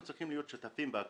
אנחנו צריכים להיות שותפים בכל.